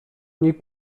niej